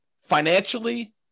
financially